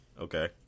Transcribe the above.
Okay